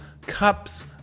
cups